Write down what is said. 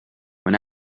when